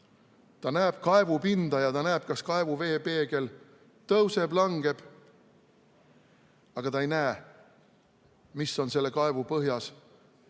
Ta näeb kaevuvee pinda ja ta näeb, kas kaevus veepeegel tõuseb või langeb. Aga ta ei näe, mis on selle kaevu põhjas